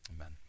Amen